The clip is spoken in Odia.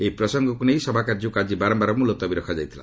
ଏହି ପ୍ରସଙ୍ଗକୁ ନେଇ ସଭା କାର୍ଯ୍ୟକୁ ଆଜି ବାରମ୍ଭାର ମୁଲତବି ରଖାଯାଇଥିଲା